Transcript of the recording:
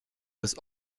des